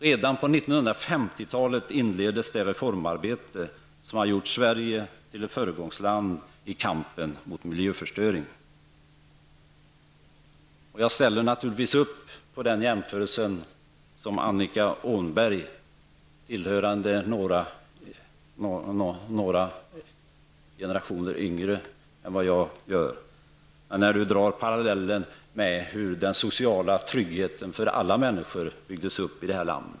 Redan på 50 talet inleddes det reformarbete som har gjort Sverige till ett föregångsland i kampen mot miljöförstöringen. Jag bejakar naturligtvis den parallell som Annika Åhnberg, någon generation yngre än jag, drog när hon framhöll hur den sociala tryggheten för alla människor byggdes upp i vårt land.